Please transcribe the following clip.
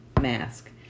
mask